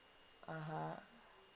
(uh huh)